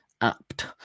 apt